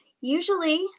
Usually